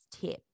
tip